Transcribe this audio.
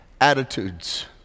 attitudes